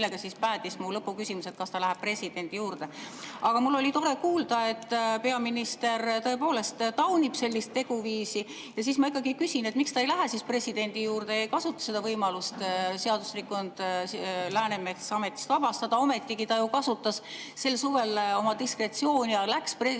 mis päädis mu küsimusega, kas ta läheb presidendi juurde. Aga mul oli tore kuulda, et peaminister tõepoolest taunib sellist teguviisi. Seetõttu ma ikkagi küsin, miks ta ei lähe siis presidendi juurde, ei kasuta seda võimalust seadust rikkunud Läänemets ametist vabastada. Ta ju kasutas sel suvel oma diskretsiooni ja läks presidendi